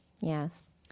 Yes